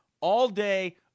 all-day